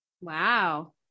Wow